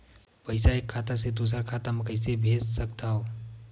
पईसा एक खाता से दुसर खाता मा कइसे कैसे भेज सकथव?